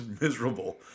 miserable